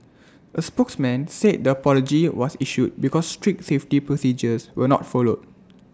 A spokesman said the apology was issued because strict safety procedures were not followed